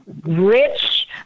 rich